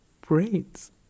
braids